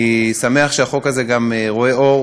אני שמח שהחוק הזה גם רואה אור,